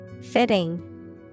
Fitting